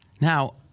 Now